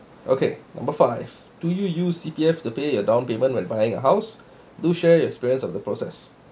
okay number five do you use C_P_F to pay your down payment when buying a house do share your experience of the process